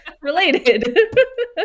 related